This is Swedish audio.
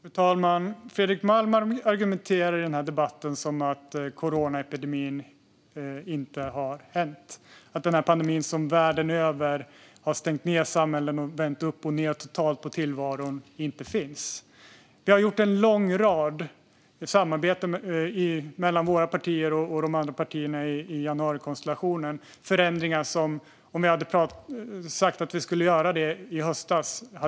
Fru talman! Fredrik Malm argumenterar i den här debatten som om coronapandemin inte har hänt, som om pandemin som världen över har stängt ned samhällen och totalt vänt upp och ned på tillvaron inte finns. Vi har gjort en lång rad överenskommelser mellan våra partier och de andra partierna i januarikonstellationen. Det är förändringar som vi hade fnyst och skrattat åt i höstas.